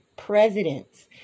Presidents